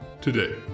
today